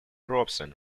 robson